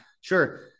sure